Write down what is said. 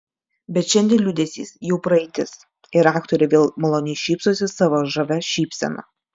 bet šiandien liūdesys jau praeitis ir aktorė vėl maloniai šypsosi savo žavia šypsena